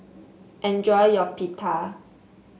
enjoy your Pita